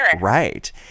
right